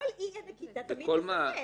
כל אי-נקיטה תמיד מסכלת.